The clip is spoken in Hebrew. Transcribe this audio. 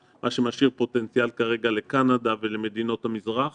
מה שמשאיר פוטנציאל כרגע לקנדה ולמדינות המזרח